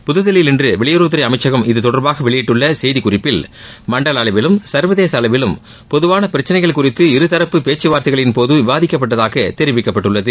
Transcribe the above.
புதுதில்லியில் இன்று வெளியுறவுத்துறை அமைச்சகம் இது தொடர்பாக வெளியிட்டுள்ள செய்திக்குறிப்பில் மண்டல அளவிலும் சர்வதேச அளவிலும் பொதுவான பிரச்சனைகள் குறித்து இருதரப்பு பேச்சு வார்த்தைகளின் போது விவாதிக்கப்பட்டதாக தெரிவிக்கப்பட்டுள்ளது